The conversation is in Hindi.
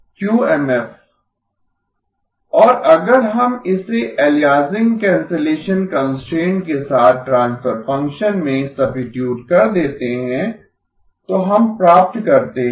क्यूएमएफ H1H0−z और अगर हम इसे अलियासिंग कैंसलेशन कंस्ट्रेंट्स के साथ ट्रांसफर फ़ंक्शन में सब्सिटयूट कर देते हैं तो हम प्राप्त करते हैं